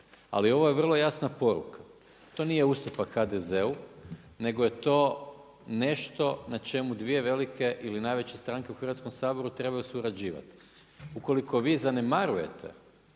Ali ovo je vrlo jasna poruka. To nije ustupak HDZ-u, nego je to nešto na čemu dvije velike ili najveće stranke u Hrvatskom saboru trebaju surađivati. Ukoliko vi zanemarujete